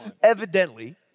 Evidently